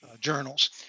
journals